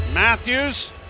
Matthews